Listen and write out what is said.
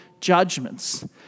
judgments